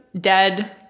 dead